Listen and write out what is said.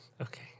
Okay